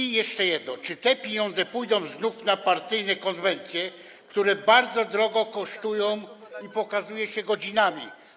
I jeszcze jedno: Czy te pieniądze pójdą znów na partyjne konwencje, które bardzo drogo kosztują, a pokazuje się je godzinami?